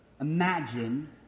Imagine